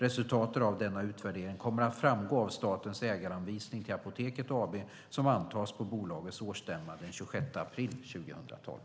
Resultatet av denna utvärdering kommer att framgå av statens ägaranvisning till Apoteket AB som antas på bolagets årsstämma den 26 april 2012.